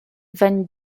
van